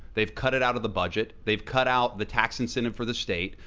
they've cut it out of the budget. they've cut out the tax incentive for the state.